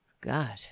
God